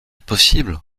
possible